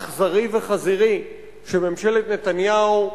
אכזרי וחזירי שממשלת נתניהו מנהלת,